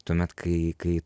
tuomet kai kai